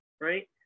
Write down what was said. right